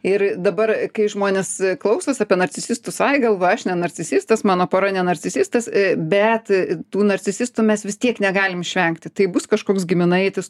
ir dabar kai žmonės klausos apie nacisistus ai galvoja aš ne narcisistas mano pora ne narcisistas bet tų narcisistų mes vis tiek negalim išvengti tai bus kažkoks giminaitis